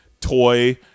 toy